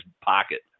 pocket